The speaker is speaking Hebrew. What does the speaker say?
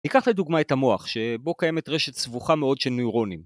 ניקח לדוגמה את המוח, שבו קיימת רשת סבוכה מאוד של נוירונים.